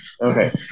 okay